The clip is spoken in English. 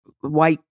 white